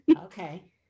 okay